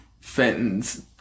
Fenton's